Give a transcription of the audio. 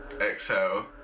exhale